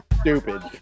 stupid